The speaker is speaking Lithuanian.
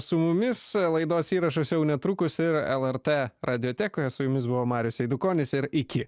su mumis laidos įrašas jau netrukus ir lrt radijotekoje su jumis buvo marius eidukonis ir iki